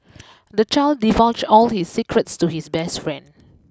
the child divulged all his secrets to his best friend